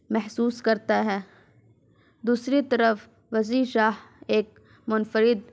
محسوس کرتا ہے دوسری طرف وسیع شاہ ایک منفرد